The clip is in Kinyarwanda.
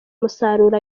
umusaruro